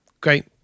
great